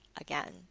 again